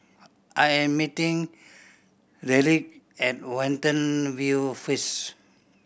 I am meeting Ryleigh at Watten View first